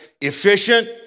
efficient